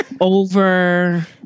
over